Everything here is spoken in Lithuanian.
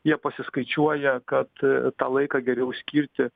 jie pasiskaičiuoja kad tą laiką geriau skirti